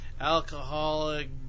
alcoholic